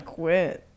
quit